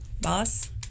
Boss